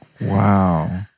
Wow